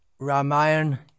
Ramayan